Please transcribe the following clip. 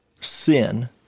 sin